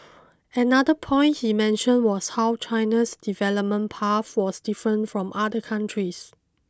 another point he mentioned was how China's development path was different from other countries